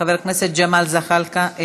חבר הכנסת ג'מאל זחאלקה,